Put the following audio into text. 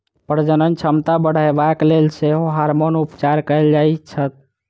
प्रजनन क्षमता बढ़यबाक लेल सेहो हार्मोन उपचार कयल जाइत छै